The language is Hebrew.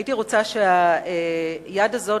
הייתי רוצה שהיד הזאת,